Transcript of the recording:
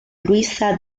luisa